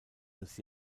als